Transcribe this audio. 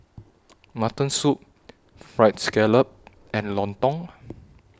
Mutton Soup Fried Scallop and Lontong